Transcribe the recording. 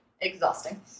exhausting